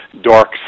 dark